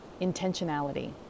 intentionality